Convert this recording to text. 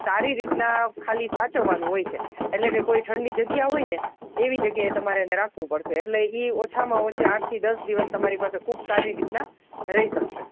સારી રીતે ના ખાલી સાચવાનું હોય છે એટલે કે કોઈ ઠંડી જગ્યા હોય ને એવી જગ્યાએ તમારે એને રાખવું પડશે એટલે એ ઓછામાં ઓછી આઠ થી દસ દિવસ તમારી પાસે ખૂબ સારી રીતના રહી શકશે